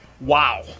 Wow